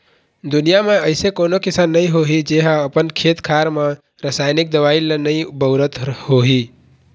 दुनिया म अइसे कोनो किसान नइ होही जेहा अपन खेत खार म रसाइनिक दवई ल नइ बउरत होही